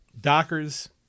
Dockers